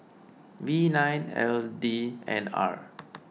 V nine L D N R